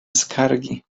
skargi